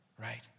right